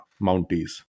mounties